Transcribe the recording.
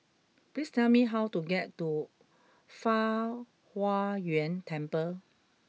please tell me how to get to Fang Huo Yuan Temple